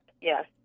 yes